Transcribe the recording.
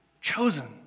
chosen